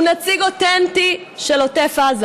הוא נציג אותנטי של עוטף עזה,